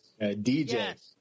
DJ